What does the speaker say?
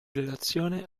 relazione